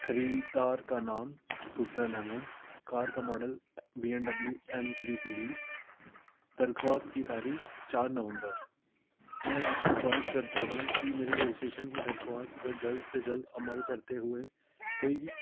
خریددار کا نام سفیہ احمد کار کا model B and W M three series درخواست کی تاریخ چار نومبر میں آپ سے خواہش کرتا ہوں کہ میری رجسٹریشن کی درخواست پر جلد سے جلد عمل کرتے ہوئے کوئی بھی